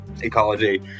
Ecology